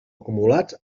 acumulats